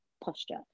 posture